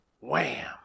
wham